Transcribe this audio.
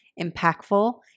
impactful